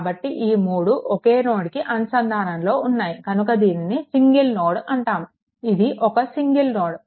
కాబట్టి ఈ మూడు ఒకే నోడ్కి అనుసంధానంలో ఉన్నాయి కనుక దీనిని సింగల్ నోడ్ అంటాము ఇది ఒక సింగల్ నోడ్